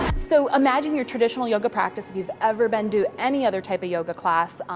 so imagine your traditional yoga practice. if you've ever been to any other type of yoga class,